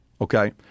Okay